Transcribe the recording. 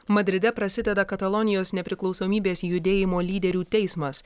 madride prasideda katalonijos nepriklausomybės judėjimo lyderių teismas